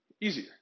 easier